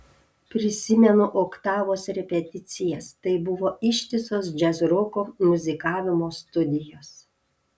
prisimenu oktavos repeticijas tai buvo ištisos džiazroko muzikavimo studijos